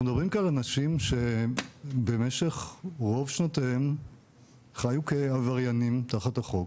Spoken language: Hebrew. אנחנו מדברים כאן על אנשים שבמשך רוב שנותיהם חיו כעבריינים תחת החוק,